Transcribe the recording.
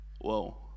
whoa